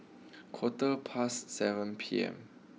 quarter past seven P M